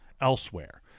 elsewhere